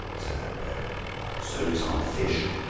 said amblecope so do some fish.